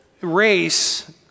race